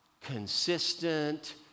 consistent